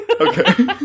Okay